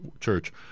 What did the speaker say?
church